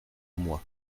moi